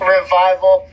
Revival